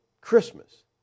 Christmas